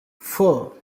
four